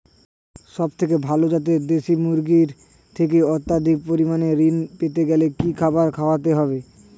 সবথেকে ভালো যাতে দেশি মুরগির থেকে অত্যাধিক পরিমাণে ঋণ পেতে গেলে কি খাবার খাওয়াতে হবে?